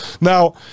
Now